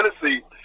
Tennessee